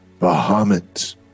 Bahamut